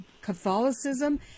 Catholicism